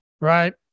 right